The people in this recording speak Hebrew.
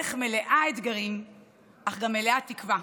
דרך מלאה אתגרים אך גם מלאה תקווה.